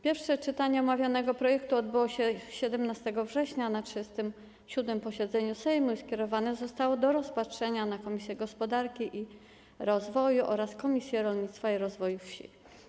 Pierwsze czytanie omawianego projektu odbyło się 17 września na 37. posiedzeniu Sejmu i projekt skierowany został do rozpatrzenia w Komisji Gospodarki i Rozwoju oraz Komisji Rolnictwa i Rozwoju Wsi.